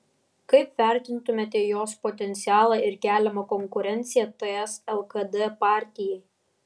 kaip vertintumėte jos potencialą ir keliamą konkurenciją ts lkd partijai